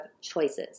choices